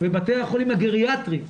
בבתי החולים הגריאטריים,